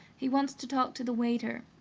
he wants to talk to the waiter.